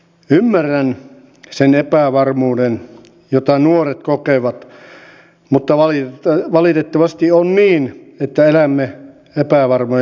ymmärrän sen epävarmuuden jota nuoret kokevat mutta valitettavasti on niin että elämme epävarmoja aikoja